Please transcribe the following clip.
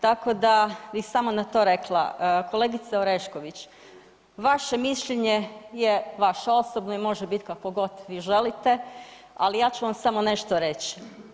Tako da bih samo na to rekla, kolegice Orešković vaše mišljenje je vaše osobno i može biti kakvo god vi želite ali ja ću vam samo nešto reći.